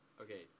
okay